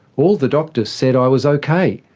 all the doctors said i was okay,